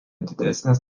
didesnės